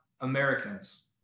Americans